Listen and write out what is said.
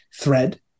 thread